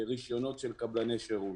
רישיונות של קבלני שירות.